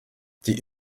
die